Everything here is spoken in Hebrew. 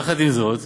יחד עם זאת,